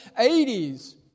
80s